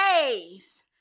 days